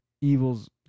evils